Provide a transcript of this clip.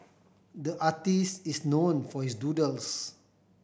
the artist is known for his doodles